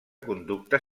conducta